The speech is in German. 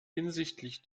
hinsichtlich